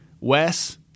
Wes